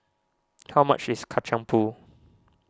how much is Kacang Pool